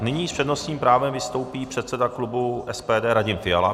Nyní s přednostním právem vystoupí předseda klubu SPD Radim Fiala.